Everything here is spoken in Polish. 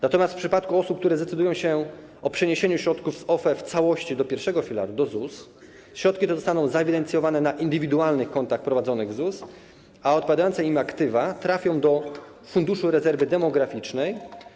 Natomiast w przypadku osób, które zdecydują się o przeniesieniu środków z OFE w całości do pierwszego filaru, do ZUS, środki te zostaną zaewidencjonowane na indywidualnych kontach prowadzonych w ZUS, a odpowiadające im aktywa trafią do Funduszu Rezerwy Demograficznej.